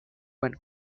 went